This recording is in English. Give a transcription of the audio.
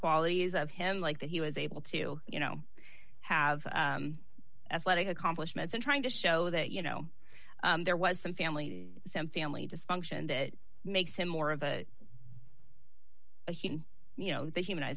qualities of him like that he was able to you know have athletic accomplishments and trying to show that you know there was some family some family dysfunction that makes him more of the you know that human